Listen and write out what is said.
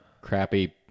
crappy